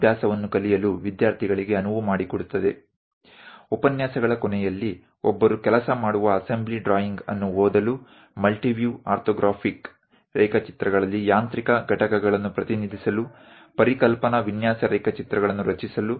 વ્યાખ્યાનો ના અંતે કોઈ પણ કાર્યકારી એસેમ્બલી ડ્રોઇંગ વાંચી શકશે યાંત્રિક ઘટકોને મલ્ટિવ્યુ ઓર્થોગ્રાફિક ડ્રોઇંગ્સમાં રજૂ કરી શકશે કોન્સેપ્તયુઅલ વૈચારિક conceptual ડિઝાઇન સ્કેચ બનાવી શકશે અને એસેમ્બલી ડ્રોઇંગ પણ બનાવી શકશે